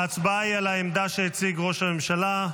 ההצבעה היא על העמדה שהציג ראש הממשלה.